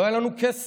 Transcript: לא יהיה לנו כסף